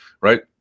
right